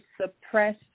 suppress